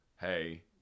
hey